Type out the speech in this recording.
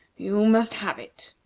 you must have it.